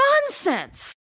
nonsense